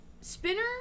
Spinner